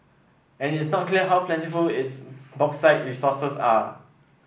and it's not clear how plentiful its bauxite resources are